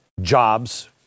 jobs